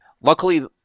luckily